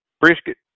brisket